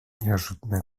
неожиданно